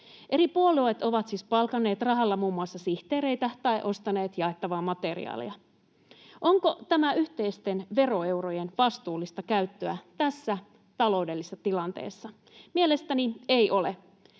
Eri puolueet ovat siis palkanneet rahalla muun muassa sihteereitä tai ostaneet jaettavaa materiaalia. Onko tämä yhteisten veroeurojen vastuullista käyttöä tässä taloudellisessa tilanteessa? Mielestäni ei ole.